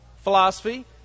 philosophy